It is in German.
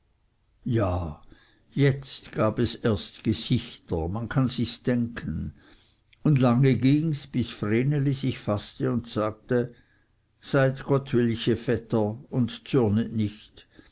ja jetzt gab es gesichter man kann sichs denken und lange gings bis vreneli sich faßte und sagte seid gottwillche vetter und zürnet nicht